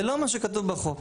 לא, זה לא מה שכתוב בחוק.